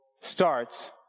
starts